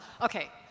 Okay